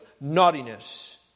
naughtiness